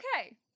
Okay